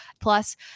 Plus